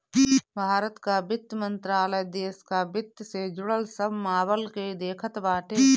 भारत कअ वित्त मंत्रालय देस कअ वित्त से जुड़ल सब मामल के देखत बाटे